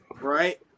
right